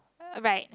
right